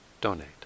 donate